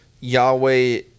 Yahweh